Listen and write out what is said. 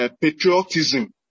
Patriotism